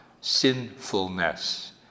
sinfulness